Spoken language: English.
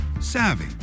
savvy